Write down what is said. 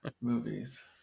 movies